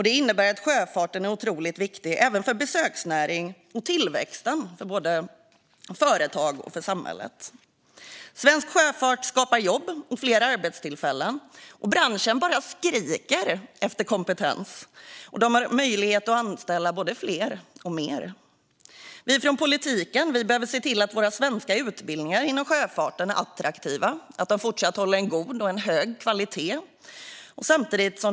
Det innebär att sjöfarten är otroligt viktig även för besöksnäringen och för tillväxten i både företag och samhälle. Svensk sjöfart skapar fler arbetstillfällen. Branschen skriker efter kompetens och har möjlighet att anställa fler. Vi från politiken behöver se till att svenska utbildningar inom sjöfart är attraktiva och fortsätter att hålla hög kvalitet.